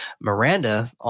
Miranda